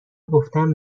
گفتم